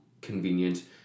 convenient